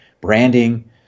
branding